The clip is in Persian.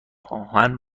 آهن